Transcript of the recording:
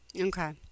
Okay